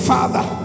Father